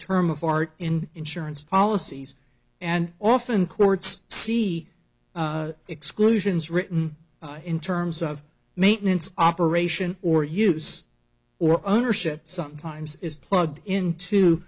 term of art in insurance policies and often courts see exclusions written in terms of maintenance operation or use or ownership sometimes is plugged in to